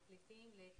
לפליטים,